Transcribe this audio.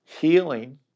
Healing